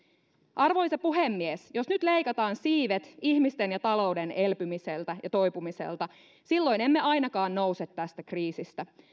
arvoisa puhemies jos nyt leikataan siivet ihmisten ja talouden elpymiseltä ja toipumiselta silloin emme ainakaan nouse tästä kriisistä